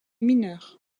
mineurs